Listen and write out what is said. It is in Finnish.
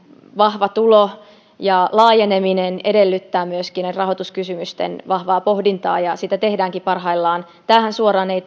vahva tulo ja laajeneminen edellyttävät myöskin rahoituskysymysten vahvaa pohdintaa ja sitä tehdäänkin parhaillaan tämä esityshän ei